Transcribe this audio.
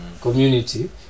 community